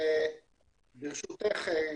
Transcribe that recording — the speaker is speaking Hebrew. ברשותך,